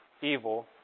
evil